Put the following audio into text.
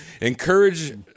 Encourage